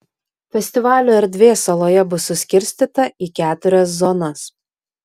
festivalio erdvė saloje bus suskirstyta į keturias zonas